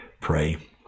pray